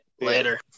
Later